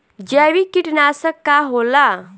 जैविक कीटनाशक का होला?